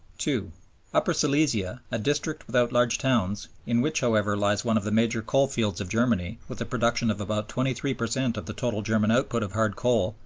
upper silesia, a district without large towns, in which, however, lies one of the major coalfields of germany with a production of about twenty three per cent of the total german output of hard coal,